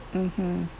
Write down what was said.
mmhmm